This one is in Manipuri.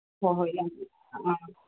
ꯍꯣꯏ ꯍꯣꯏ ꯑꯥ